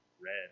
Red